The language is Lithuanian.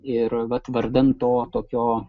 ir vat vardan to tokio